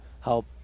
help